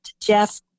Jeff